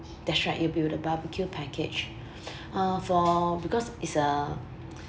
that's right it will be a barbecue package uh for because it's a